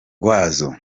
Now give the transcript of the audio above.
wazo